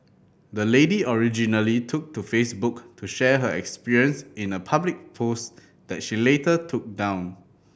the lady originally took to Facebook to share her experience in a public post that she later took down